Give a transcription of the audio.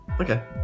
Okay